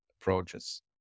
approaches